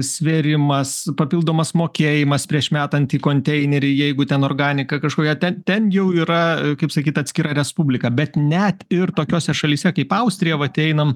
svėrimas papildomas mokėjimas prieš metant į konteinerį jeigu ten organika kažkokia ten ten jau yra kaip sakyt atskira respublika bet net ir tokiose šalyse kaip austrija vat einam